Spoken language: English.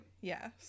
Yes